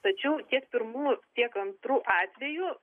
tačiau tiek pirmu tiek antru atveju